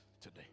today